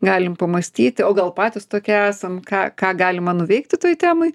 galim pamąstyti o gal patys tokie esam ką ką galima nuveikti toj temoj